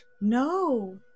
No